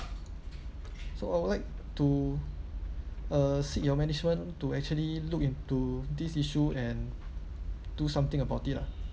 so I would like to uh seek your management to actually look into this issue and do something about it lah